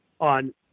on